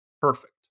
Perfect